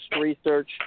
research